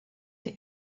der